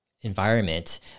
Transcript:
environment